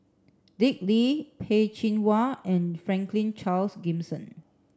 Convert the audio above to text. Dick Lee Peh Chin Hua and Franklin Charles Gimson